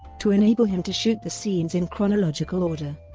to enable him to shoot the scenes in chronological order,